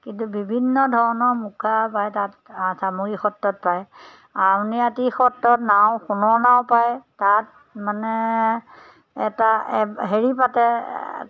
কিন্তু বিভিন্ন ধৰণৰ মুখা পায় তাত চামগুৰি সত্ৰত পায় আউনীআটি সত্ৰত নাও সোণৰ নাও পায় তাত মানে এটা হেৰি পাতে